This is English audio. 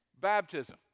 Baptism